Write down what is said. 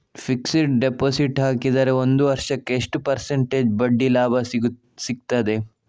Fixed deposit ಹಾಕಿದರೆ ಒಂದು ವರ್ಷಕ್ಕೆ ಎಷ್ಟು ಪರ್ಸೆಂಟೇಜ್ ಬಡ್ಡಿ ಲಾಭ ಸಿಕ್ತದೆ?